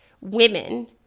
women